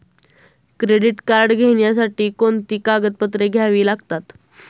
Credit card घेण्यासाठी कोणती कागदपत्रे घ्यावी लागतात?